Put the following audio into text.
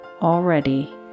already